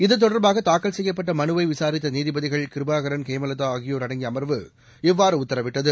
இதுதொடர்பாக தாக்கல் செய்யப்பட்ட மனுவை விசாரித்த நீதிபதிகள் கிருபாகரன் ஹேமலதா ஆகியோர் அடங்கிய அமர்வு இவ்வாறு உத்தரவிட்டது